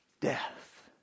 death